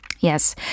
Yes